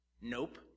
Nope